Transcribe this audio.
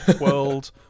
world